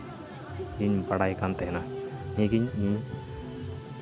ᱤᱧ ᱵᱟᱲᱟᱭ ᱠᱟᱱ ᱛᱟᱦᱮᱱᱟ ᱱᱤᱭᱟᱹ ᱜᱮ ᱤᱧ